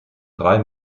drei